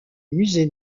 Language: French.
musée